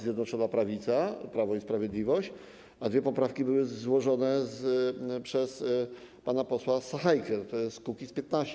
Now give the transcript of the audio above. Zjednoczona Prawica, Prawo i Sprawiedliwość, a dwie poprawki były złożone przez pana posła Sachajkę, tj. Kukiz’15.